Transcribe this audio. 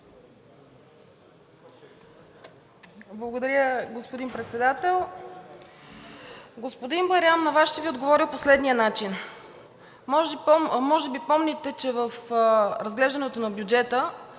Благодаря, господин Председател. Господин Байрам, на Вас ще Ви отговоря по следния начин: може би помните, че в разглеждането на бюджета